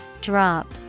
Drop